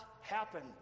happen